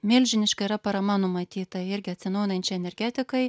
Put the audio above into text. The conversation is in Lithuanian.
milžiniška yra parama numatyta irgi atsinaujinančiai energetikai